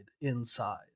inside